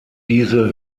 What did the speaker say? diese